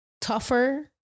tougher